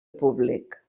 públic